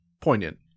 Poignant